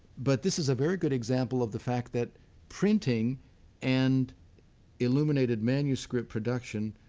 but this is a very good example of the fact that printing and illuminated manuscript production